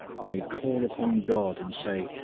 may call upon god, and say,